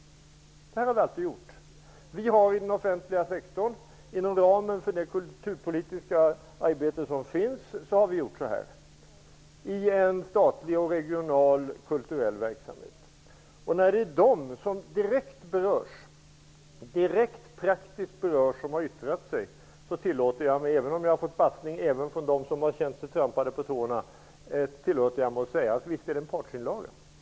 Vi har alltid gjort så här inom den offentliga sektorn -- inom ramen för det kulturpolitiska arbete som finns. När det är de som direkt praktiskt berörs som har yttrat sig, så tillåter jag mig att säga att det visst är en partsinlaga, även om jag har fått bassning av dem som känt sig trampade på tårna.